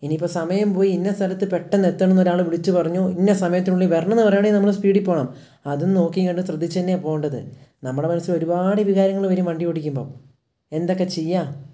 ഇനിയിപ്പോൾ സമയം പോയി ഇന്ന സ്ഥലത്ത് പെട്ടെന്നെത്തണം എന്നൊരാൾ വിളിച്ചു പറഞ്ഞു ഇന്ന സമയത്തിനുള്ളിൽ വരണം എന്നു പറയുകയാണെങ്കിൽ നമ്മൾ സ്പീഡിൽ പോകണം അതും നോക്കിയും കണ്ടും ശ്രദ്ധിച്ചു തന്നെയാണ് പോവേണ്ടത് നമ്മുടെ മനസ്സിൽ ഒരുപാട് വികാരങ്ങൾ വരും വണ്ടി ഓടിക്കുമ്പം എന്തൊക്കെ ചെയ്യാം